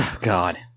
God